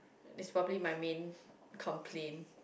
is probably my main complain